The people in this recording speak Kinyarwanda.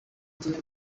kenya